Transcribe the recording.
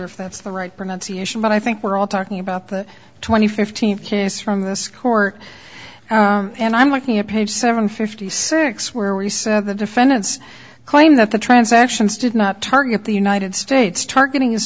if that's the right pronunciation but i think we're all talking about the twenty fifteenth case from the score and i'm working on page seven fifty six where we said the defendants claimed that the transactions did not target the united states targeting is